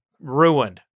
ruined